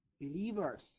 believers